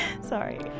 Sorry